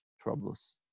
troubles